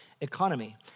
economy